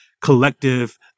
collective